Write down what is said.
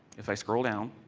if i scroll down,